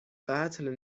قتل